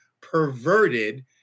perverted